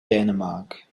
dänemark